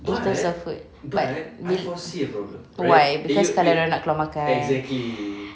in terms of food but we'll why because kalau dah nak keluar makan